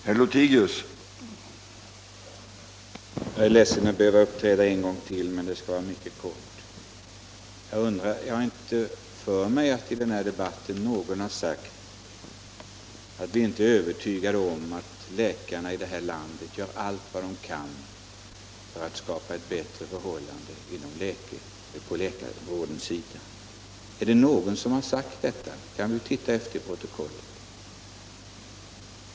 Herr talman! Jag är ledsen att behöva uppträda en gång till, men det skall bli mycket kort. Jag har för mig att inte någon i den här debatten har sagt att vi inte är övertygade om att läkarna här i landet gör allt vad de kan för att skapa ett bättre förhållande för läkarvården. Är det någon som har sagt detta? Vi kan ju se efter i protokollet.